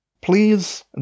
Please